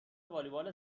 والیبال